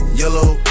yellow